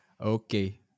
Okay